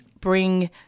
bring